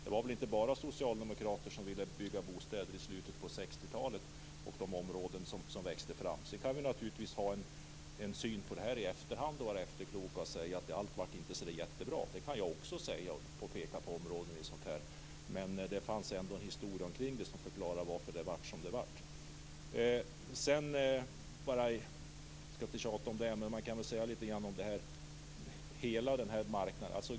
Det var väl inte bara socialdemokrater som ville bygga bostäder i slutet på 60 Vi kan naturligtvis vara efterkloka och säga att allt inte blev jättebra. Det kan jag också säga, och jag kan peka på sådana områden. Men det finns ändå en historia omkring byggandet som förklarar varför det blev som det blev. Jag skall inte tjata, men jag vill säga något om marknaden.